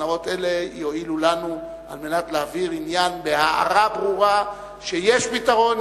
סדנאות אלה יועילו לנו על מנת להבהיר עניין בהארה ברורה שיש פתרון,